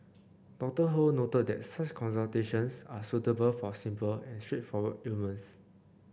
Doctor Ho noted that such consultations are suitable for simple and straightforward ailments